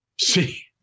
See